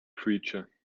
creature